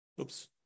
Oops